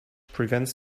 prevents